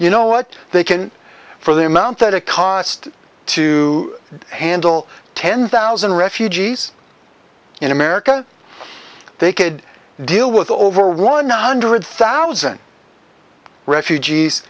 you know what they can for the amount that it cost to handle ten thousand refugees in america they could deal with over one hundred thousand refugees